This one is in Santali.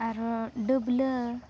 ᱟᱨᱚ ᱰᱟᱹᱵᱽᱞᱟᱹ